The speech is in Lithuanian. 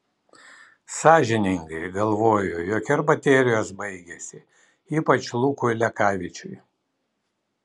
sąžiningai galvoju jog ir baterijos baigėsi ypač lukui lekavičiui